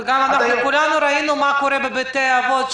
וגם כולנו ראינו מה קורה בבתי האבות,